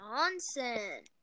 Nonsense